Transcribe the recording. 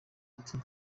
ati